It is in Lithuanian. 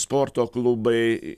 sporto klubai